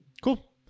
Cool